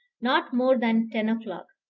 not more than ten o'clock,